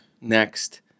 next